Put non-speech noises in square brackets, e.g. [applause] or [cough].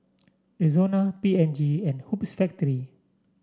Rexona P and G and Hoops [unintelligible]